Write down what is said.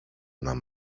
nam